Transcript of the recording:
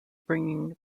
bringing